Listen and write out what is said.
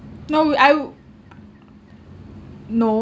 no way out no